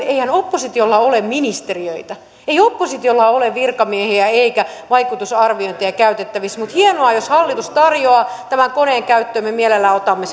eihän oppositiolla ole ministeriöitä ei oppositiolla ole virkamiehiä eikä vaikutusarviointeja käytettävissä mutta hienoa jos hallitus tarjoaa tämän koneen käyttöömme mielellämme otamme